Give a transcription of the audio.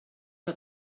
que